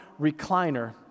recliner